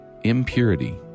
impurity